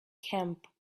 camp